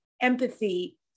empathy